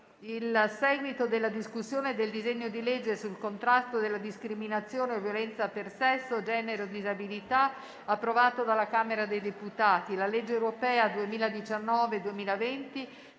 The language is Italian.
il seguito della discussione del disegno di legge sul contrasto della discriminazione e violenza per sesso, genere e disabilità, approvato dalla Camera dei deputati; la legge europea 2019-2020,